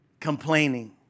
Complaining